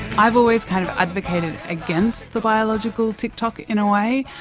i've always kind of advocated against the biological tick-tock in a way,